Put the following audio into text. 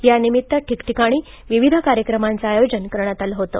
त्यानिमित्त ठिकठिकाणी विविध कार्यक्रमांच आयोजन करण्यात आल होतं